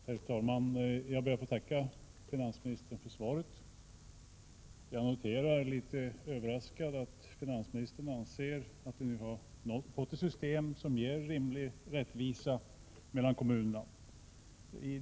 Herr talman! Jag ber att få tacka finansministern för svaret. Jag noterar — litet överraskad — att finansministern anser att vi nu har fått ett system som ger ”rimlig rättvisa mellan kommunerna”.